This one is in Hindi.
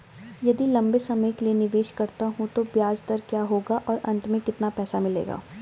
यदि लंबे समय के लिए निवेश करता हूँ तो ब्याज दर क्या होगी और अंत में कितना पैसा मिलेगा?